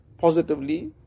positively